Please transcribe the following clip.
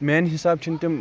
میانہِ حِساب چھِنہٕ تِم